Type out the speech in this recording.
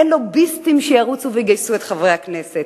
אין לוביסטים שירוצו ויגייסו את חברי הכנסת.